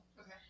Okay